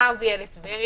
מחר זה יהיה לטבריה,